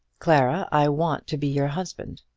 clara, i want to be your husband.